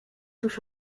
cóż